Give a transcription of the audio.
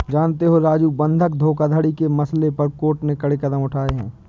जानते हो राजू बंधक धोखाधड़ी के मसले पर कोर्ट ने कड़े कदम उठाए हैं